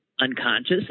unconscious